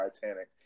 Titanic